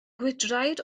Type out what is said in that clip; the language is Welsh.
gwydraid